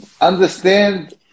Understand